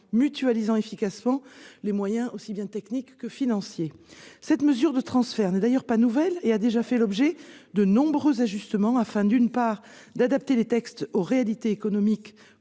mutualisation efficace des moyens techniques et financiers. Cette mesure de transfert n'est d'ailleurs pas nouvelle. Elle a déjà fait l'objet de nombreux ajustements, afin, d'une part, d'adapter les textes aux réalités concrètes